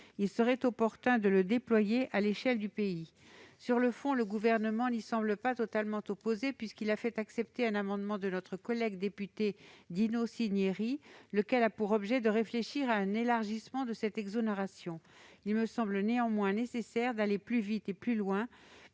Il serait opportun de le déployer à l'échelle du pays. Sur le fond, le Gouvernement n'y semble pas totalement opposé, puisqu'il a donné un avis favorable à un amendement de notre collègue député Dino Cinieri, lequel a pour objet de réfléchir à un élargissement de cette exonération. Il me semble nécessaire d'aller plus vite et plus loin,